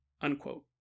unquote